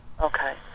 Okay